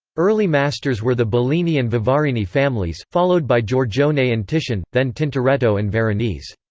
early masters were the bellini and vivarini families, followed by giorgione and titian, then tintoretto and veronese.